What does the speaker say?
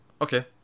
Okay